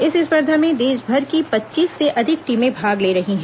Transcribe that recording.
इस स्पर्धा में देशभर की पच्चीस से अधिक टीमें भाग ले रही हैं